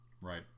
Right